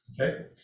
Okay